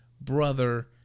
brother